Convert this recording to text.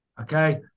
Okay